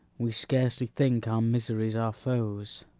we scarcely think our miseries our foes.